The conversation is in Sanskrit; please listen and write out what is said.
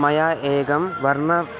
मया एकं वर्णः